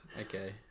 Okay